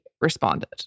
responded